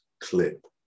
clip